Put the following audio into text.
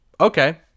Okay